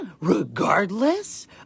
regardless